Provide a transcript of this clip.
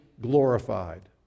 glorified